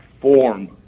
form